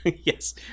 Yes